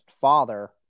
father